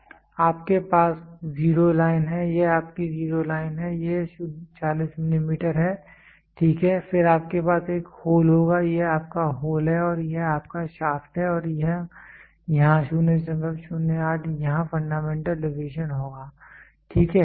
आपके पास zero line है यह आपकी जीरो लाइन है यह 40 मिलीमीटर है ठीक है फिर आपके पास एक होल होगा यह आपका होल है और यह आपका शाफ्ट है और यहां 008 यहां फंडामेंटल डेविएशन होगा ठीक है